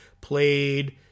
played